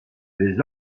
les